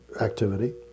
activity